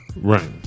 Right